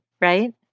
right